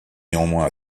néanmoins